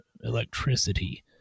electricity